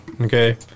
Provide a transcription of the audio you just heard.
okay